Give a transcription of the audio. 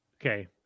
Okay